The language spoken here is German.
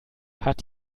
hat